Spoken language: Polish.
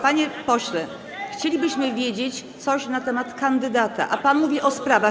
Panie pośle, chcielibyśmy wiedzieć coś na temat kandydata, a pan mówi o sprawach.